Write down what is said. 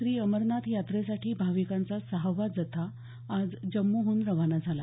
श्री अमरनाथ यात्रेसाठी भाविकांचा सहावा जत्था आज जम्मूहून रवाना झाला